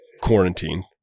quarantine